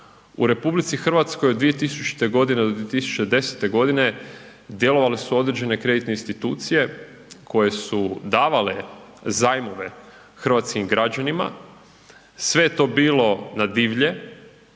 u Republici Hrvatskoj od 2000.-te godine do 2010.-te godine, djelovale su određene kreditne institucije koje su davale zajmove hrvatskim građanima, sve je to bilo na divlje,